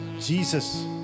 Jesus